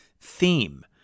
theme